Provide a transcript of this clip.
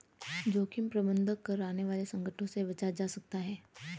जोखिम प्रबंधन कर आने वाले संकटों से बचा जा सकता है